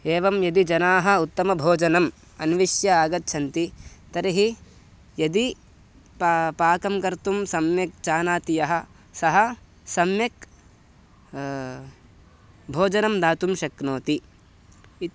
एवं यदि जनाः उत्तमभोजनम् अन्विष्य आगच्छन्ति तर्हि यदि पा पाकं कर्तुं सम्यक् जानाति यः सः सम्यक् भोजनं दातुं शक्नोति इति